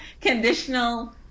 Conditional